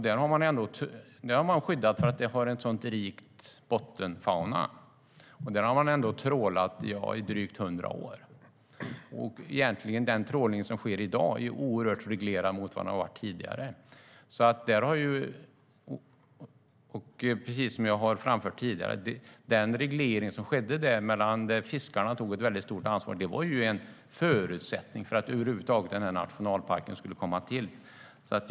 Den har man skyddat för att den har en sådan rik bottenfauna, och där har det ändå trålats i drygt hundra år. Den trålning som sker i dag är oerhört reglerad jämfört med vad den har varit tidigare. Precis som jag har framfört tidigare var den reglering som skedde där medan fiskarna tog ett stort ansvar en förutsättning för att nationalparken skulle komma till över huvud taget.